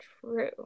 True